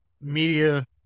Media